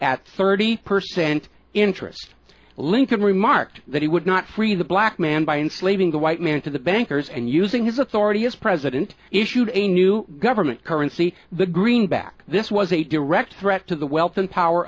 at thirty per cent interest lincoln remarked that he would not free the black man by enslaving the white man to the bankers and using his authority as president issued a new government currency the greenback this was a direct threat to the wealth and power